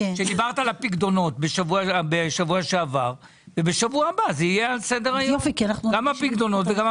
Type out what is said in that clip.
דיברת בשבוע שעבר על הפיקדונות ובשבוע הבא זה יהיה על סדר היום,